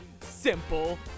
simple